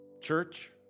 Church